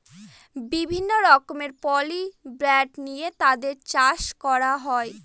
বিভিন্ন রকমের poultry breed নিয়ে তাদের চাষ করা হয়